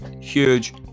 huge